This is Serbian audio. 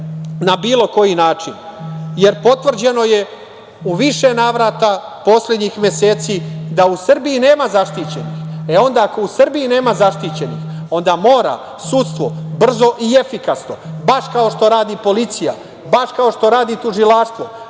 na bilo koji način. Jer, potvrđeno je u više navrata poslednjih meseci da u Srbiji nema zaštićenih, e onda ako u Srbiji nema zaštićenih, onda mora sudstvo brzo i efikasno baš kao što radi policija, baš kao što radi Tužilaštvo,